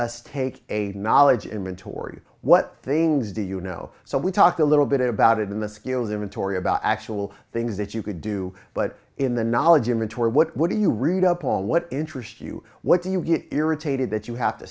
us take a knowledge inventory what things do you know so we talked a little bit about it in the skills inventory about actual things that you could do but in the knowledge image or what do you read up on what interests you what do you get irritated that you have to